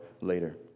later